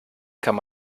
kann